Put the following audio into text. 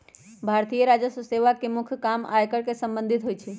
भारतीय राजस्व सेवा के मुख्य काम आयकर से संबंधित होइ छइ